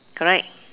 correct